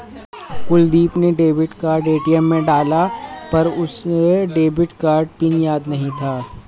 कुलदीप ने debit card ATM में डाला पर उसे डेबिट कार्ड पिन याद नहीं था